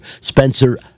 spencer